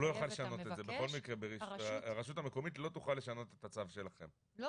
סגן שר במשרד ראש הממשלה אביר קארה: הרשות המקומית,